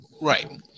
Right